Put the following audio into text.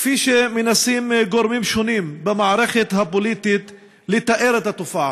כפי שמנסים גורמים שונים במערכת הפוליטית לתאר את התופעה.